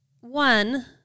One